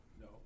No